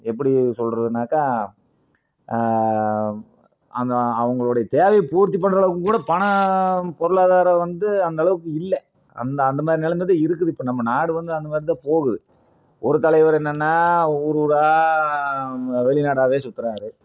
எப்படி சொல்றதுனாக்கா அந்த அவர்களுடைய தேவையை பூர்த்தி பண்ணுற அளவுக்கு கூட பணம் பொருளாதாரம் வந்து அந்த அளவுக்கு இல்லை அந்த அந்த மாதிரி நிலம தான் இருக்குது இப்போ நம்ம நாடு வந்து அந்த மாதிரி தான் போகுது ஒரு தலைவர் என்னன்னா ஊரு ஊராக வெளிநாடாகவே சுற்றுறாரு